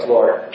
Lord